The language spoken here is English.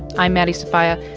i'm maddie sofia.